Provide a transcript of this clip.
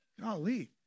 golly